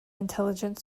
intelligent